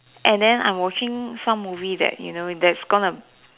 and then I'm watching some movie that you know that is gonna